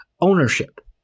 ownership